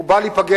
הוא בא להיפגש,